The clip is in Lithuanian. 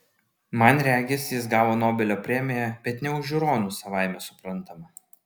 man regis jis gavo nobelio premiją bet ne už žiūronus savaime suprantama